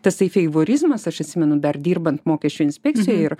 tasai feivorizmas aš atsimenu dar dirbant mokesčių inspekcijoj ir